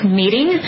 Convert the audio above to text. meeting